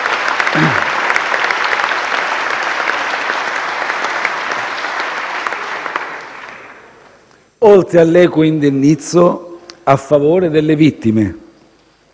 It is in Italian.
oltre all'equo indennizzo a favore delle vittime.